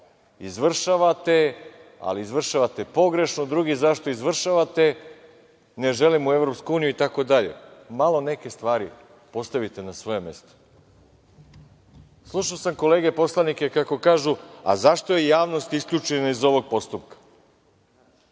izvršavate, ali izvršavate pogrešno; drugi – zašto izvršavate, ne želimo u EU itd. Malo neke stvari postavite na svoje mesto. Slušao sam kolege poslanike kako kažu - zašto je javnost isključena iz ovog postupka.